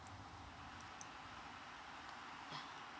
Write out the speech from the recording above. yeah